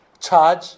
charge